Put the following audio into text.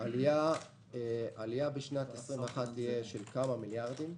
העלייה בשנת 21 תהיה של כמה מיליארדים,